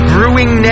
Brewing